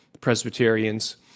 Presbyterians